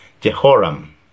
Jehoram